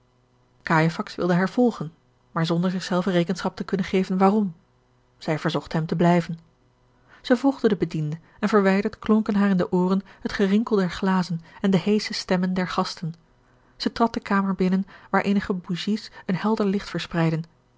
wilde haar volgen maar zonder zich zelve rekenschap te kunnen geven waarom zij verzocht hem te blijven zij volgde den bediende en verwijderd klonken haar in de ooren het gerinkel der glazen en de heesche stemmen der gasten zij trad de kamer binnen waar eenige bougies een helder licht verspreidden